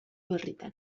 berritan